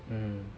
mm